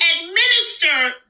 administer